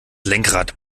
lenkrad